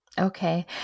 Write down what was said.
Okay